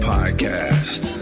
Podcast